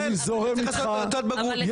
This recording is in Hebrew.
צריך תעודת בגרות.